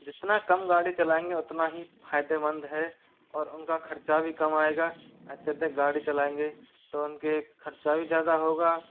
जितना कम गाड़ी चलाएंगे उतना ही फ़ायदेमंद है और उनका खर्चा भी कम आएगा अत्यधिक गाड़ी चलाएंगे तो उनका खर्च भी ज़्यादा होगा